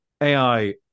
ai